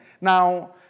Now